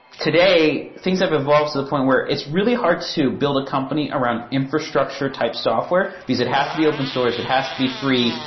today, things have evolved to the point where it's really hard to build a company around infrastructure type software, because it has to be open-source, it has to be free,